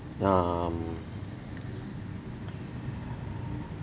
um